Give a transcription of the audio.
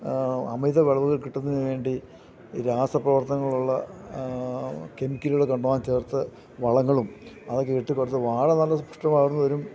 അമിത വിളവുകൾ കിട്ടുന്നതിന് വേണ്ടി ഈ രാസപ്രവർത്തനങ്ങൾ ഉള്ള കെമിക്കലുകൾ കണ്ടമാനം ചേർത്ത വളങ്ങളും അതൊക്കെ ഇട്ട് കൊടുത്തു വാഴ നല്ല പുഷ്ടി വളർന്നു വരും